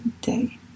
day